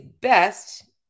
best